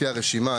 לפי הרשימה,